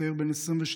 צעיר בן 22,